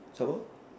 so